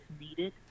needed